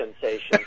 sensation